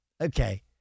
okay